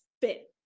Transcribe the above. fit